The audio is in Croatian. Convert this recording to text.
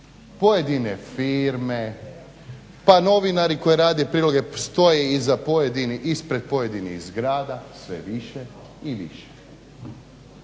pojedine firme, pa novinari koji rade priloge stoje ispred pojedinih zgrada, sve više i više.